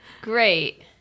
Great